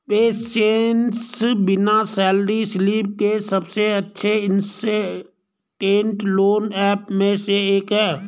PaySense बिना salary slip के सबसे अच्छे इंस्टेंट लोन ऐप में से एक है